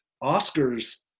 Oscar's